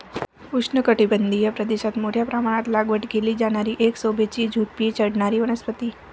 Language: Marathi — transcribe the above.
उष्णकटिबंधीय प्रदेशात मोठ्या प्रमाणात लागवड केली जाणारी एक शोभेची झुडुपी चढणारी वनस्पती